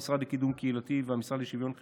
המשרד לקידום קהילתי והמשרד לשוויון חברתי,